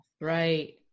Right